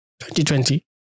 2020